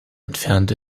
entfernt